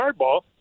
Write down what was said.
hardball